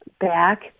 back